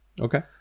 Okay